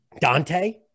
Dante